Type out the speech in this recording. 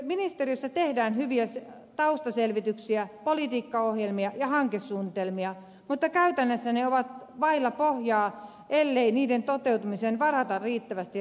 ministeriössä tehdään hyviä taustaselvityksiä politiikkaohjelmia ja hankesuunnitelmia mutta käytännössä ne ovat vailla pohjaa ellei niiden toteutumiseen varata riittävästi rahoitusta